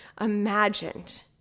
imagined